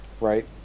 right